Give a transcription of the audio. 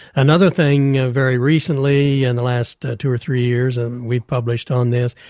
another thing, very recently, in the last two or three years and we published on this,